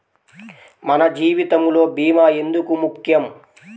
మన జీవితములో భీమా ఎందుకు ముఖ్యం?